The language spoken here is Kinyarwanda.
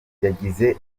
yagize